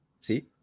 See